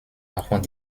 enfants